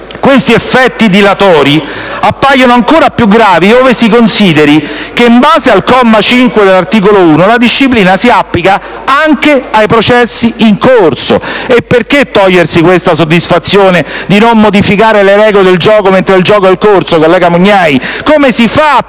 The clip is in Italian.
questi effetti dilatori appaiono ancora più gravi ove si consideri che, in base al comma 5 dell'articolo 1, la disciplina si applica anche ai processi in corso, e perché togliersi questa soddisfazione di non modificare le regole del gioco mentre il gioco è in corso, collega Mugnai? Come si fa, per